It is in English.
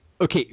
Okay